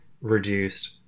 reduced